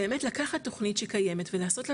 באמת לקחת תוכנית שקיימת ולעשות לה